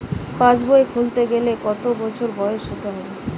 পাশবই খুলতে গেলে কত বছর বয়স হতে হবে?